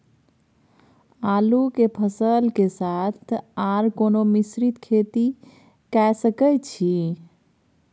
आलू के फसल के साथ आर कोनो मिश्रित खेती के सकैछि?